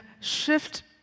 shift